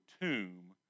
tomb